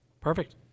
perfect